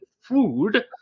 food